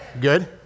Good